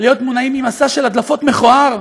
להיות מונעים ממסע הדלפות מכוער,